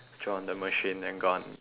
drop on the machine then gone